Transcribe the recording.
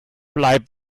bleib